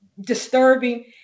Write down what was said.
disturbing